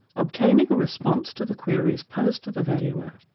obtaining a response to the queries posed to the valuer